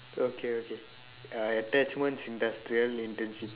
okay okay uh attachment industrial internship